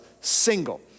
single